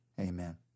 Amen